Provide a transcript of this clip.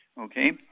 Okay